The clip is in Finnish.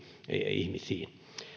ihmisiin